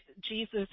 Jesus